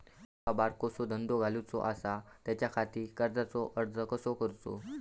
माका बारकोसो धंदो घालुचो आसा त्याच्याखाती कर्जाचो अर्ज कसो करूचो?